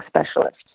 specialist